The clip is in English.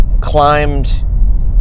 climbed